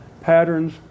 patterns